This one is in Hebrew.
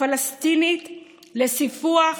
הפלסטינית לסיפוח